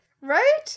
Right